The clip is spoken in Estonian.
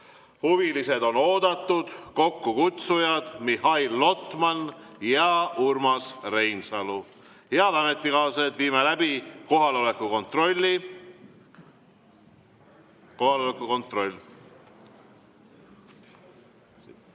Huvilised on oodatud. Kokkukutsujad on Mihhail Lotman ja Urmas Reinsalu. Head ametikaaslased, viime läbi kohaloleku kontrolli. Kohaloleku kontroll.